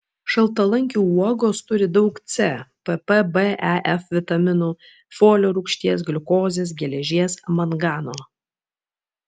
šaltalankių uogos turi daug c pp b e f vitaminų folio rūgšties gliukozės geležies mangano